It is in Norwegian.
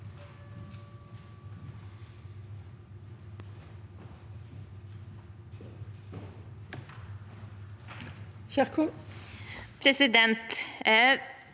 Presidenten